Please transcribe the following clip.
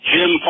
Jim